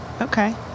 Okay